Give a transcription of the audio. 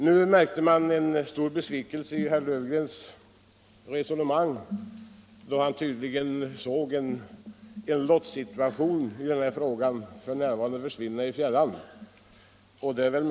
Av herr Löfgrens resonemang framgick att han var besviken eftersom han såg en lottsituation i detta ärende försvinna i fjärran.